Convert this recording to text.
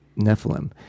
Nephilim